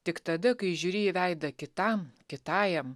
tik tada kai žiūri į veidą kitam kitajam